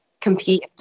compete